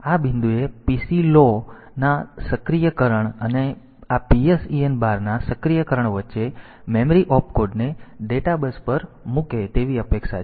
તેથી આ બિંદુએ PC લો ના આ સક્રિયકરણ અને આ PSEN બારના સક્રિયકરણ વચ્ચે મેમરી ઓપકોડને ડેટા બસ પર મૂકે તેવી અપેક્ષા છે